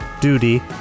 duty